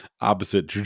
opposite